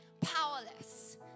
powerless